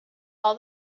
all